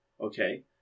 Okay